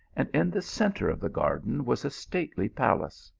and in the centre of the garden was a stately palace.